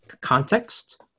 context